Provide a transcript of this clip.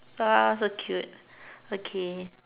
ah so cute okay